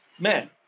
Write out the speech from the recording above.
man